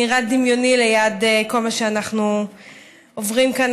נראה דמיוני ליד כל מה שאנחנו עוברים כאן,